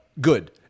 good